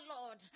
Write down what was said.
lord